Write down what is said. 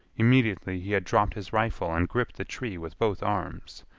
immediately he had dropped his rifle and gripped the tree with both arms.